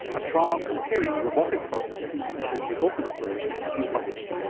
a trial comparing robotic prostatectomy and the open operation has been published.